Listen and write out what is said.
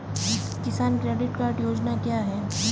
किसान credit card योजना क्या है?